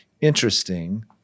interesting